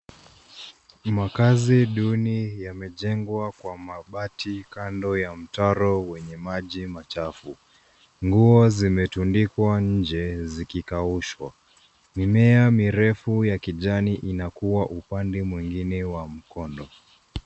Makazi duni yamejengwa kwa mabati kando ya mtaro wenye maji machafu. Nguo zimetundikwa nje zikikaushwa. Mimea mirefu ya kijani inakua upande mwingine wa mkondo.